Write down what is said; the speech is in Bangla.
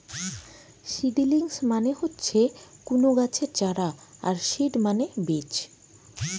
সিডিলিংস মানে হচ্ছে কুনো গাছের চারা আর সিড মানে বীজ